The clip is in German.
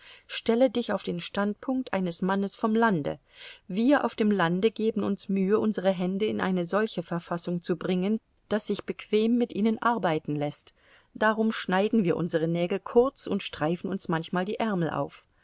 stelle dich auf den standpunkt eines mannes vom lande wir auf dem lande geben uns mühe unsere hände in eine solche verfassung zu bringen daß sich bequem mit ihnen arbeiten läßt darum schneiden wir unsere nägel kurz und streifen uns manchmal die ärmel auf